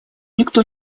никто